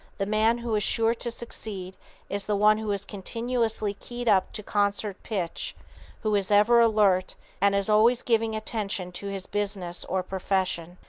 the man who is sure to succeed is the one who is continuously keyed up to concert pitch' who is ever alert and is always giving attention to his business or profession.